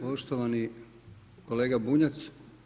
Poštovani kolega Bunjac.